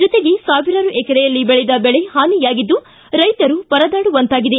ಜೊತೆಗೆ ಸಾವಿರಾರು ಎಕರೆಯಲ್ಲಿ ಬೆಳೆದ ಬೆಳೆದ ಹಾನಿಯಾಗಿದ್ದು ರೈತರು ಪರದಾಡುವಂತಾಗಿದೆ